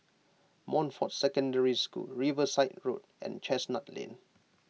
Montfort Secondary School Riverside Road and Chestnut Lane